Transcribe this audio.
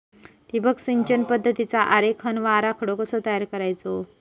ठिबक सिंचन पद्धतीचा आरेखन व आराखडो कसो तयार करायचो?